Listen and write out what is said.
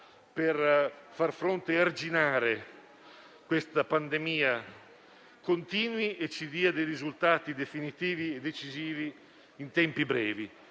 per far fronte e arginare la pandemia, continui e ci dia dei risultati definitivi e decisivi in tempi brevi.